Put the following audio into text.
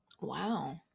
Wow